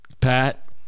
Pat